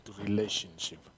relationship